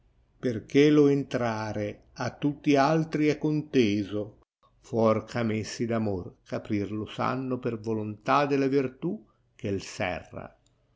perchè io entrare a tutti altri è conteto fuor eh a messi d amor eh aprir lo sanno per volontà della vertù che l serra